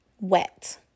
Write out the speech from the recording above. wet